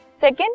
Second